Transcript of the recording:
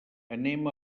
anem